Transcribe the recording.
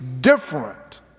different